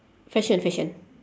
fashion fashion